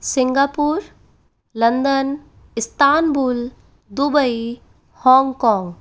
Singapore London Istanbul Dubai Hong Kong